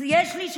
חס ושלום.